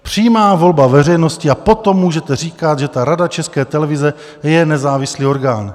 Přímá volba veřejností a potom můžete říkat, že ta Rada České televize je nezávislý orgán.